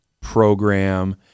program